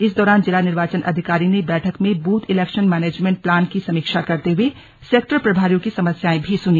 इस दौरान जिला निर्वाचन अधिकारी ने बैठक में बूथ इलेक्शन मैनेजमेन्ट प्लान की समीक्षा करते हुए सेक्टर प्रभारियों की समस्याएं भी सुनी